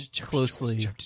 closely